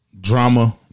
Drama